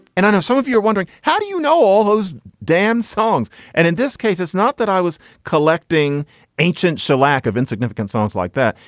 and i know some so of you are wondering how do you know all those damn songs? and in this case, it's not that i was collecting ancient shellac of insignificant songs like that.